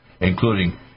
including